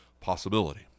possibility